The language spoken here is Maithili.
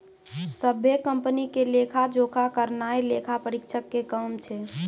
सभ्भे कंपनी के लेखा जोखा करनाय लेखा परीक्षक के काम छै